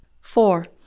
Four